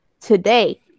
today